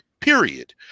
period